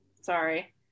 Sorry